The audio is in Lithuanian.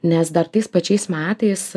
nes dar tais pačiais metais